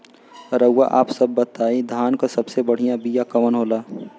रउआ आप सब बताई धान क सबसे बढ़ियां बिया कवन होला?